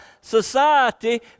society